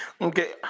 Okay